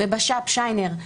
בבש"פ שיינר.